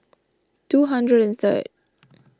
two hundred and third